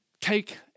take